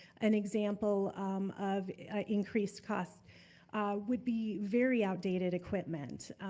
an example of increased cost would be very outdated equipment.